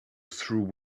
through